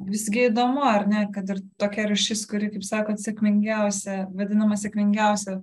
visgi įdomu ar ne kad ir tokia rūšis kuri kaip sakot sėkmingiausia vadinama sėkmingiausia